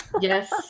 Yes